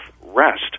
rest